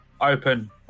open